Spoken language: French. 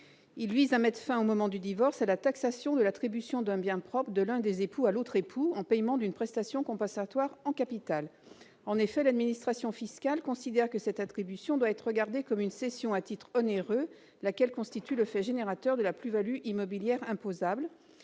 il vise à mettre fin au moment du divorce à la taxation de l'attribution d'un bien propre de l'un des époux à l'autre époux en paiement d'une prestation compensatoire en capital, en effet, l'administration fiscale considère que cette attribution doit être regardée comme une cession à titre onéreux, laquelle constitue le fait générateur de la plus-values immobilières imposables